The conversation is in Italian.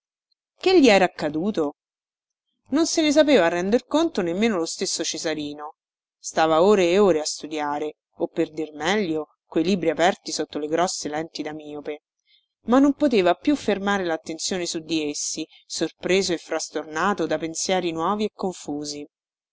che gli era accaduto non se ne sapeva render conto nemmeno lo stesso cesarino stava ore e ore a studiare o per dir meglio coi libri aperti sotto le grosse lenti da miope ma non poteva più fermare lattenzione su di essi sorpreso e frastornato da pensieri nuovi e confusi